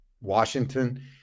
Washington